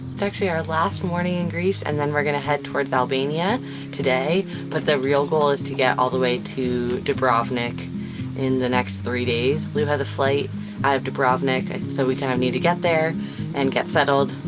it's actually our last morning in greece and then we're gonna head towards albania today but the real goal is to get all the way to dubrovnik in the next three days. lou has a flight out of dubrovnik and so we kinda kind of need to get there and get settled.